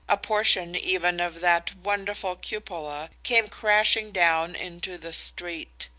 a portion, even, of that wonderful cupola, came crashing down into the street.